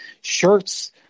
shirts